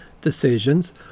decisions